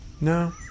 No